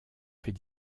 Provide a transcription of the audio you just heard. fait